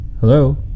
Hello